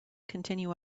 continue